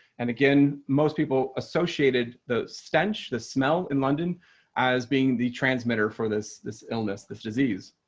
and again, most people associated the stench. the smell in london as being the transmitter for this this illness this disease.